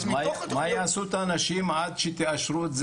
מה יעשו האנשים עד שתאשרו את זה?